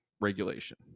regulation